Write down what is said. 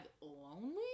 lonely